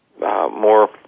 more